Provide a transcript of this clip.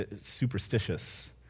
superstitious